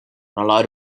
allowed